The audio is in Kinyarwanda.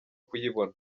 kuyibona